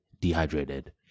dehydrated